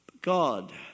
God